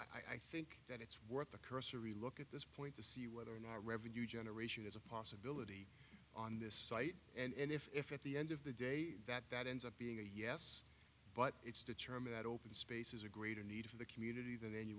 know i think that it's worth a cursory look at this point to see whether in our revenue generation as a possibility on this site and if at the end of the day that that ends up being a yes but it's determined that open space is a greater need for the community than any